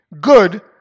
good